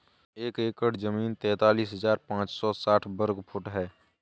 एक एकड़ जमीन तैंतालीस हजार पांच सौ साठ वर्ग फुट है